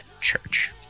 church